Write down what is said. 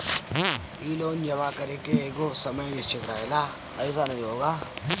इ लोन जमा करे के एगो समय निश्चित रहेला